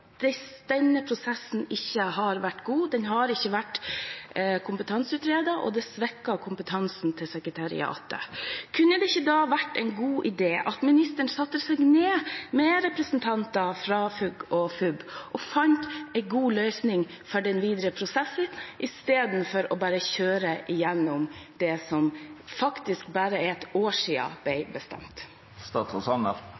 denne prosessen ikke har vært god – den har ikke vært kompetanseutredet, og det svekker kompetansen til sekretariatet. Kunne det ikke da vært en god idé at ministeren satte seg ned med representanter fra FUG og FUB og fant en god løsning for den videre prosessen, istedenfor bare å kjøre gjennom det som det faktisk er bare et år